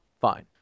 fine